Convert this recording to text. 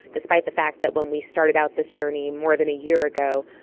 despite the fact that when we started out this journey more than a year ago,